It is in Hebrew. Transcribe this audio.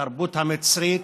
והתרבות המצרית,